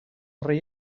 rei